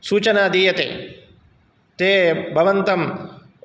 सूचना दीयते ते भवन्तम्